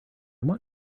want